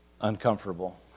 uncomfortable